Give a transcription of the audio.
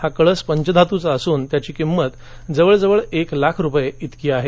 हा कळस पंचधातूंचा असून त्याची किंमत जवळ जवळ एक लाख रुपये इतकी आहे